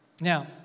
Now